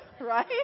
right